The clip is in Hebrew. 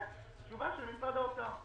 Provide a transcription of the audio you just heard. כן, תשובה של משרד האוצר.